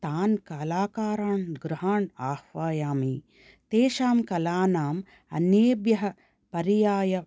तान् कलाकारान् गृहान् आह्वयामि तेषां कलानाम् अन्येभ्यः पर्याय